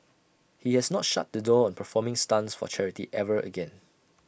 he has not shut the door on performing stunts for charity ever again